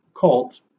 cult